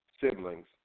siblings